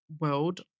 world